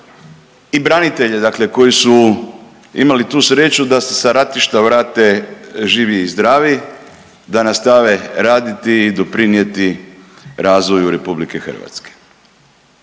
i branitelje dakle koji su imali tu sreću da se sa ratišta vrate živi i zdravi, da nastave raditi i doprinijeti razvoju Republike Hrvatske.